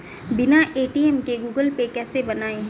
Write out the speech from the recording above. बिना ए.टी.एम के Google Pay कैसे बनायें?